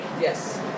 Yes